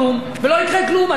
אנחנו לא במצב חירום,